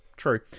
True